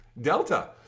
Delta